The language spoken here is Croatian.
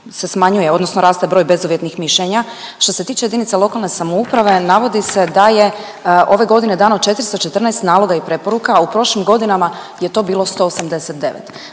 odnosno raste broj bezuvjetnih mišljenja što se tiče jedinica lokalne samouprave navodi se da je ove godine dano 414 naloga i preporuka, a u prošlim godinama je to bilo 189.